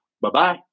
Bye-bye